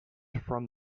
from